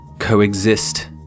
coexist